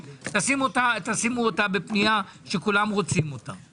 - תשימו אותה בפנייה שכולם רוצים אותה.